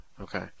Okay